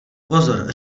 pozor